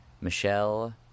Michelle